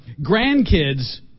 grandkids